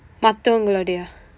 மற்றவர்களுடைய:marravarkaludaiya